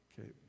Okay